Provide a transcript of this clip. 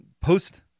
post